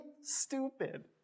stupid